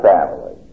family